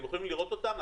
אתם יכולים לראות אותם.